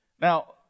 Now